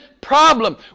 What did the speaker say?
problem